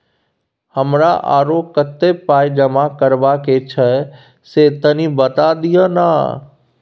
हमरा आरो कत्ते पाई जमा करबा के छै से तनी बता दिय न?